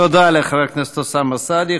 תודה לחבר הכנסת אוסאמה סעדי.